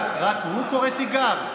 רק הוא קורא תיגר?